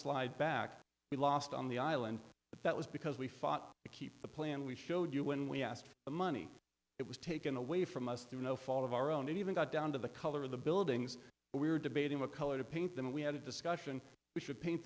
slide back we lost on the island but that was because we fought to keep the plan we showed you when we asked the money it was taken away from us through no fault of our own and even got down to the color of the buildings we were debating what color to paint them and we had a discussion we should paint